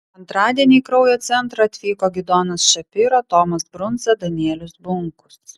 antradienį į kraujo centrą atvyko gidonas šapiro tomas brundza danielius bunkus